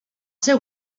seu